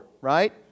right